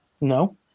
No